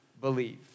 believe